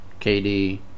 KD